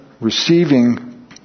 receiving